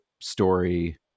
story